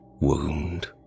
wound